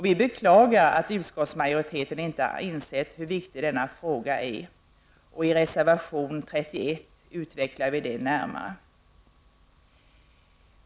Vi beklagar att utskottsmajoriteten inte har insett hur viktig denna fråga är. I reservation 31 utvecklar vi detta närmare.